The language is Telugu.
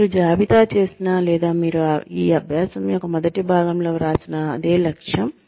మీరు జాబితా చేసిన లేదా మీరు ఈ అభ్యాసం యొక్క మొదటి భాగంలో వ్రాసిన అదే లక్ష్యం